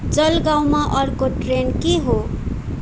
जलगाउँमा अर्को ट्रेन के हो